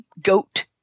goat